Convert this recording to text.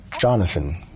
Jonathan